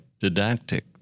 didactic